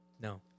No